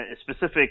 specific